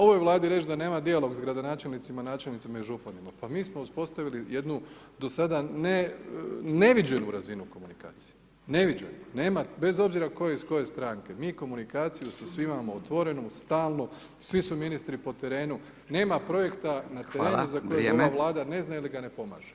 Ovoj Vladi reč da nema dijalog s gradonačelnicima, načelnicima i županima pa mi smo uspostavili jednu do sada neviđenu razinu komunikacije, neviđenu, nema bez obzira ko je iz koje stranke mi komunikaciju sa svima imamo otvorenu, stalnu, svi su ministri po terenu, nema projekta na terenu za kojeg [[Upadica: Hvala, vrijeme.]] ova Vlada ne zna ili ga ne pomaže.